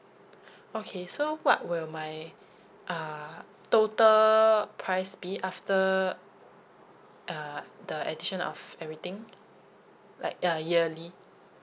okay so what will my uh total price be after err the addition of everything like uh yearly